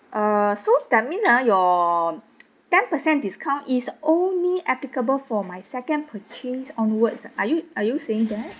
uh so that means ah your ten percent discount is only applicable for my second purchase onwards are you are you saying that